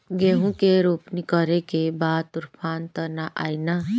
गेहूं के रोपनी करे के बा तूफान त ना आई न?